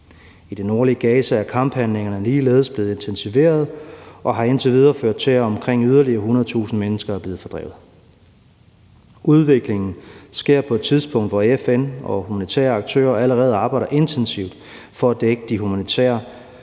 I det nordlige Gaza er kamphandlingerne ligeledes blevet intensiveret og har indtil videre ført til, at omkring 100.000 mennesker er blevet fordrevet. Udviklingen sker på et tidspunkt, hvor FN og humanitære aktører allerede arbejder intensivt for at dække de humanitære